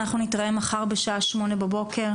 אנחנו נתראה מחר בשעה 08:00 בבוקר.